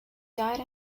died